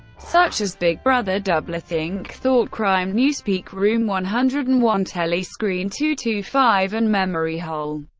such as big brother, doublethink, thoughtcrime, newspeak, room one hundred and one, telescreen, two two five, and memory hole,